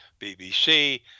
BBC